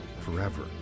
forever